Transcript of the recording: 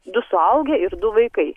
du suaugę ir du vaikai